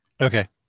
Okay